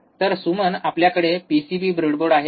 तर सुमन आपल्याकडे PCB breadboard आहे का